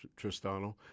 Tristano